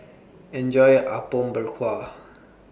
Enjoy your Apom Berkuah